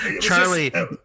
Charlie